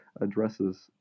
addresses